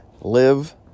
live